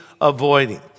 avoiding